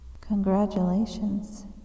Congratulations